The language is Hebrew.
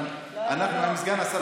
אבל אנחנו מסתדרים עם סגן השרה.